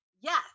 Yes